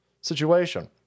situation